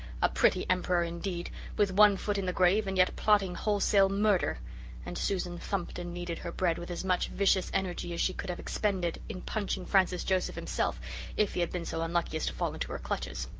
a pretty emperor indeed with one foot in the grave and yet plotting wholesale murder and susan thumped and kneaded her bread with as much vicious energy as she could have expended in punching francis joseph himself if he had been so unlucky as to fall into her clutches.